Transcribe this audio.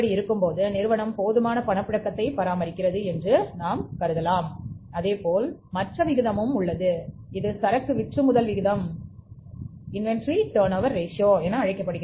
எனவே நிறுவனம் போதுமான பணப்புழக்கத்தை பராமரிக்கிறது என்று கருதுகிறோம் அதேபோல் மற்ற விகிதமும் உள்ளது இது ஸ்டாக் டர்ன்ஓவர் ரேஷியோ சரக்கு விற்றுமுதல் விகிதம் என அழைக்கப்படுகிறது